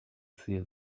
see